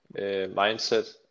mindset